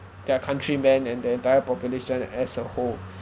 their countrymen and the entire population as a whole